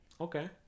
Okay